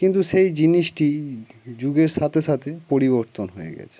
কিন্তু সেই জিনিসটি যুগের সাথে সাথে পরিবর্তন হয়ে গেছে